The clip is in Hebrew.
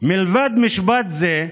מלבד משפט זה,